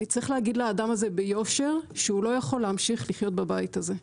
צריך להגיד לאדם הזה ביושר שהוא לא יכול להמשיך לחיות בבית הזה.